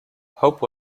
pope